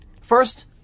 First